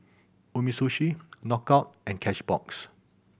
Umisushi Knockout and Cashbox